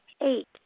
eight